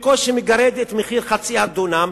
בקושי מגרד את מחיר חצי הדונם,